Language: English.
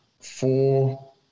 Four